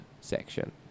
section